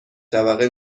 طبقه